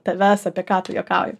tavęs apie ką tu juokauji